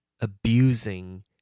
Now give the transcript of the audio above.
abusing